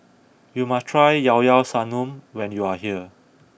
you must try Llao Llao Sanum when you are here